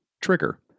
Trigger